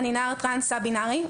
אני נער טרנס א-בינארי,